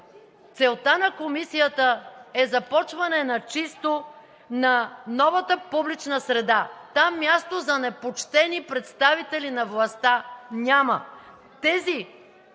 целта на комисията е започване на чисто на новата публична среда. Там място за непочтени представители на властта няма! Тези,